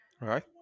Right